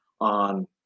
on